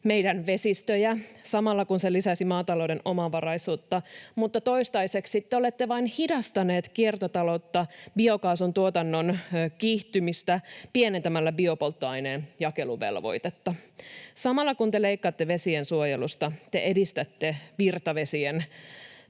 meidän vesistöjä, samalla kun se lisäisi maatalouden omavaraisuutta, mutta toistaiseksi te olette vain hidastaneet kiertotaloutta ja biokaasuntuotannon kiihtymistä pienentämällä biopolttoaineen jakeluvelvoitetta. Samalla kun te leikkaatte vesiensuojelusta, te edistätte virtavesien